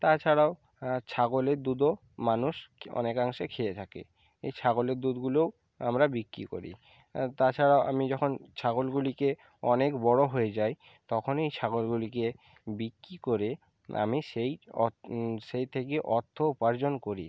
তাছাড়াও ছাগলের দুধও মানুষ অনেকাংশে খেয়ে থাকে এই ছাগলের দুধগুলোও আমরা বিক্রি করি তাছাড়া আমি যখন ছাগলগুলিকে অনেক বড় হয়ে যায় তখন এই ছাগলগুলিকে বিক্রি করে আমি সেই সেই থেকেই অর্থ উপার্জন করি